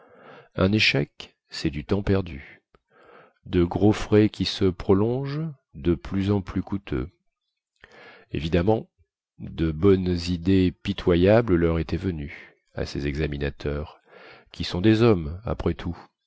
un échec cest du temps perdu de gros frais qui se prolongent de plus en plus coûteux évidemment de bonnes idées pitoyables leur étaient venues à ces examinateurs qui sont des hommes après tout